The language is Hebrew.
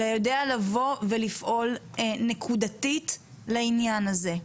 אלא יודע לבוא ולפעול נקודתית לעניין הזה.